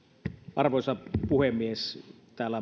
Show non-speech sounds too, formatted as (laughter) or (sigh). arvoisa puhemies täällä (unintelligible)